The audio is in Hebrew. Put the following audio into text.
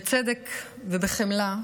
בצדק ובחמלה,